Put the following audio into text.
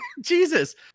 jesus